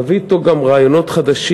יביא אתו גם רעיונות חדשים,